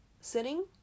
sitting